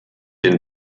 den